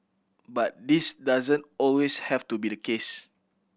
but this doesn't always have to be the case